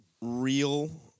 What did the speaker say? real